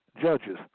judges